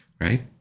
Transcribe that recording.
right